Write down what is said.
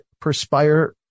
Perspire